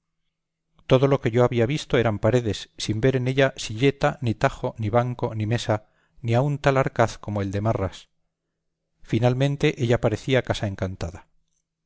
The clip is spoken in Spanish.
todo lo que yo había visto eran paredes sin ver en ella silleta ni tajo ni banco ni mesa ni aun tal arcaz como el de marras finalmente ella parecía casa encantada